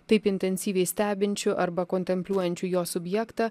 taip intensyviai stebinčiu arba kontempliuojančiu jo subjektą